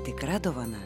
tikra dovana